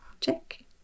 check